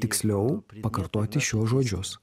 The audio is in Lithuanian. tiksliau pakartoti šiuos žodžius